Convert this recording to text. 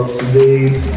today's